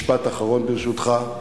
משפט אחרון, ברשותך.